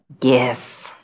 Yes